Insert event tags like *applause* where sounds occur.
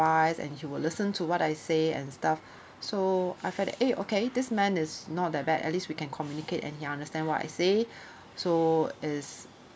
and he will listen to what I say and stuff so I felt that eh okay this man is not that bad at least we can communicate and he understand what I say *breath* so is